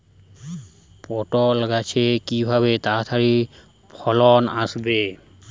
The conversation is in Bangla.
পটল গাছে কিভাবে তাড়াতাড়ি ফলন আসবে?